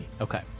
Okay